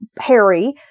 Harry